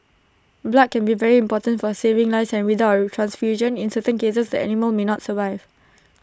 blood can be very important for saving lives and without A transfusion in certain cases the animal may not survive